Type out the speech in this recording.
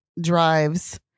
drives